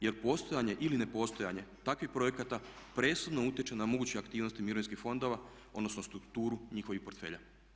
Jer postojanje ili ne postojanje takvih projekata presudno utječe na moguće aktivnosti mirovinskih fondova odnosno strukturu njihovih portfelja.